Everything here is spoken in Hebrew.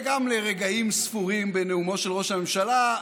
וגם לרגעים ספורים בנאומו של ראש הממשלה,